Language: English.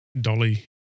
dolly